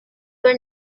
were